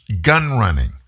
gun-running